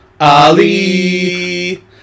Ali